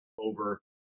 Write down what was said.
over